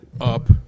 up